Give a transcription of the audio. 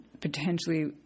potentially